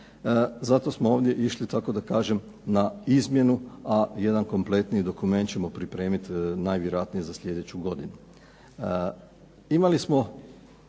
Zato smo ovdje išli tako da kažem na izmjenu, a jedan kompletni dokument ćemo pripremiti najvjerojatnije za sljedeću godinu.